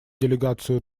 делегацию